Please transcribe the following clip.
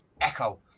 Echo